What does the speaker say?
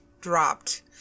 dropped